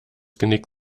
genick